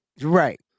Right